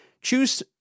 Choose